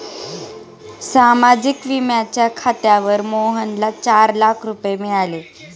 सामाजिक विम्याच्या खात्यावर मोहनला चार लाख रुपये मिळाले